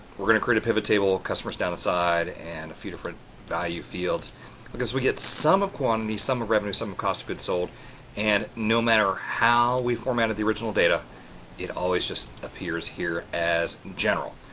we're going to create a pivottable, customers down the side and a few different value fields because we got sum of quantity, sum of revenue, sum cost of goods sold and no matter how we formatted the original data it always just appears here as general.